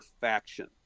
faction